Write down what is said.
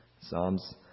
Psalms